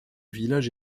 village